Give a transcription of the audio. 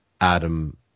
Adam